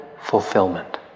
fulfillment